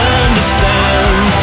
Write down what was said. understand